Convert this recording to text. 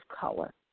color